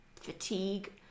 fatigue